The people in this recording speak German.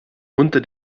unter